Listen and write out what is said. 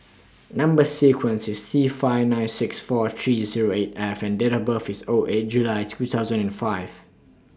Number sequence IS T five nine six four three Zero eight F and Date of birth IS O eight July two thousand and five